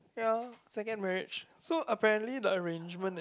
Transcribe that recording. ya second marriage so apparently the arrangement is